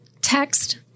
text